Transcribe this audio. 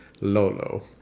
Lolo